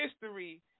History